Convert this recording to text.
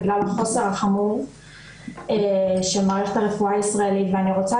בגלל החוסר החמור של מערכת הרפואה הישראלית ואני רוצה